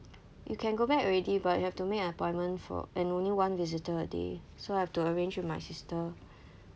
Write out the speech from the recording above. you can go back already but you have make an appointment for and only one visitor a day so I have to arrange with my sister